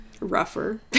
rougher